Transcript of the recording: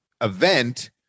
event